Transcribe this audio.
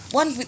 one